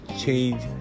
change